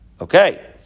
Okay